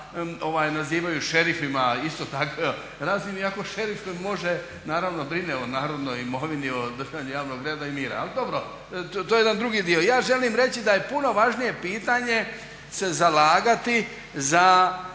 puta nazivaju šerifima na isto takvoj razini iako šerif može, naravno brine o narodnoj imovini, o držanju javnog reda i mira. Ali dobro to je jedan drugi dio. Ja želim reći da je puno važnije pitanje se zalagati za